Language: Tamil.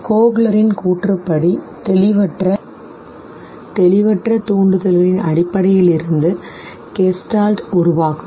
கோஹ்லரின் கூற்றுப்படி தெளிவற்ற தூண்டுதல்களிலின் அடிப்படையிலிருந்து கெஸ்டால்ட் உருவாகும்